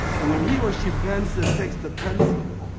and when he or she bends and takes the pencil,